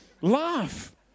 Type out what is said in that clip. laugh